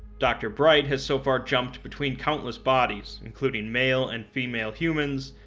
dr. bright has so far jumped between countless bodies, including male and female humans,